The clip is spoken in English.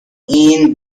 ain’t